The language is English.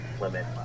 limit